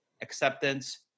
acceptance